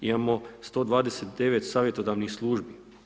Imamo 129 savjetodavnih službi.